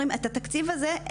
אומרים את התקציב הזה,